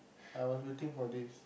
I was waiting for this